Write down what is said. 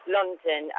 London